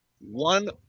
One